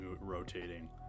rotating